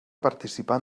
participar